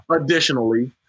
Additionally